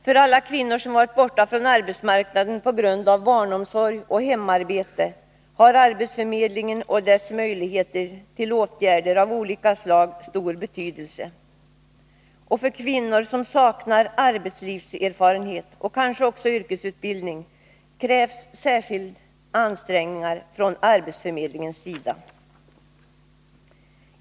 För alla kvinnor som varit borta från arbetsmarknaden på grund av barnomsorg och hemarbete har arbetsförmedlingen och dess möjligheter till åtgärder av olika slag stor betydelse. För kvinnor som saknar arbetslivserfarenhet, och kanske också yrkesutbildning, krävs särskilda ansträngningar från arbetsförmedlingens sida.